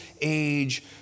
Age